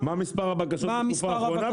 מה מספר הבקשות --- מה מספר הבקשות בתקופה האחרונה,